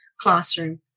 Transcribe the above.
classroom